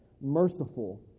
merciful